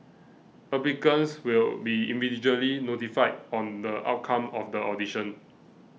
applicants will be individually notified on the outcome of the audition